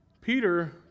Peter